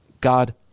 God